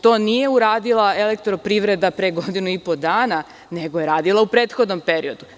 To nije uradila EPS pre godinu i po dana, nego je radila u prethodnom periodu.